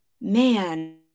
man